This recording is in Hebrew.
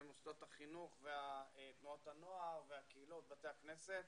למוסדות החינוך, לתנועות הנוער ובתי הכנסת.